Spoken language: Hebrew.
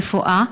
רופאה,